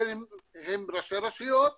בין אם ראשי הרשויות